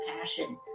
passion